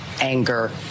Anger